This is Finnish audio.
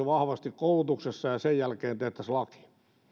vahvasti koulutuksessa ja sen jälkeen tehtäisiin laki